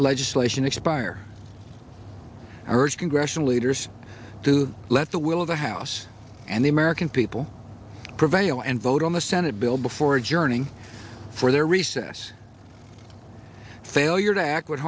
legislation expire i urge congressional leaders to let the will of the house and the american people prevail and vote on the senate bill before adjourning for their recess failure to act would